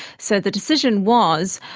so the decision was,